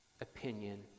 opinion